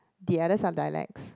the others are dialects